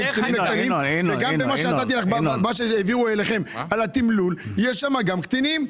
גם בתמלול שהועבר אליכם, יש שם קטינים.